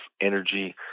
energy